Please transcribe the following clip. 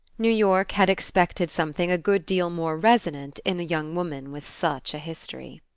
new york had expected something a good deal more reasonant in a young woman with such a history.